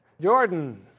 Jordan